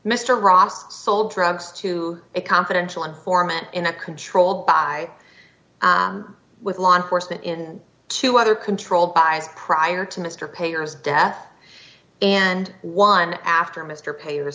mr ross sold drugs to a confidential informant in a controlled by with law enforcement in two other controlled by a prior to mr payors death and one after mr payors